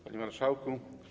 Panie Marszałku!